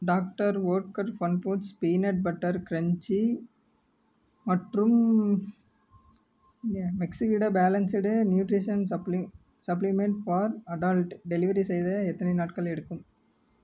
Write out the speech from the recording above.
doctor Oetker fun foods peanut butter crunchy மற்றும் me Maxxivita balanced supply supplement for adult delivery செய்ய எத்தனை நாட்கள் எடுக்கும்